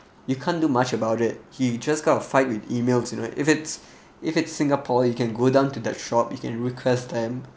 you can't do much about it he just kind of fight with emails you know if it's if it's singapore you can go down to the shop you can request them